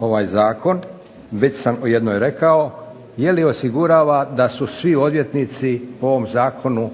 ovaj zakon, već sam o jednoj rekao. Je li osigurava da su svi odvjetnici po ovom zakonu